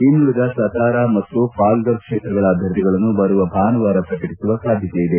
ಇನ್ನುಳದ ಸತಾರ ಮತ್ತು ಪಾಲ್ಗರ್ ಕ್ಷೇತ್ರಗಳ ಅಭ್ಲರ್ಥಿಗಳನ್ನು ಬರುವ ಭಾನುವಾರ ಪ್ರಕಟಿಸುವ ಸಾಧ್ಯತೆ ಇದೆ